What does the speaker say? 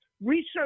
research